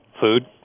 Food